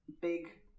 big